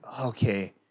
okay